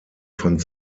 fand